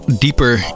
deeper